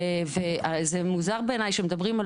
וזה מוזר בעיניי שמדברים על